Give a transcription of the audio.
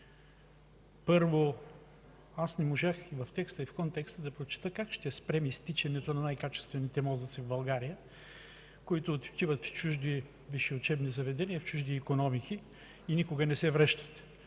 Първо, не можах в текста и в контекста да прочета как ще спрем изтичането на най-качествените мозъци от България, които отиват в чужди учебни заведения и чужди икономики и никога не се връщат.